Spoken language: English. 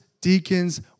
deacons